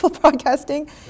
broadcasting